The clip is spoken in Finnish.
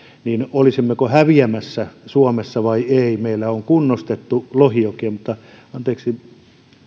olisimmeko häviämässä suomessa vai emme meillä on kunnostettu lohijokia mutta anteeksi